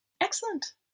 excellent